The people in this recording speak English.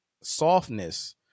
softness